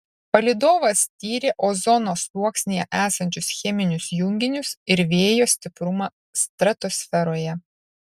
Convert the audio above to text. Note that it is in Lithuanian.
palydovas tyrė ozono sluoksnyje esančius cheminius junginius ir vėjo stiprumą stratosferoje